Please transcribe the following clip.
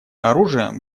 оружием